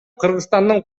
кыргызстандын